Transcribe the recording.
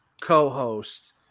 co-host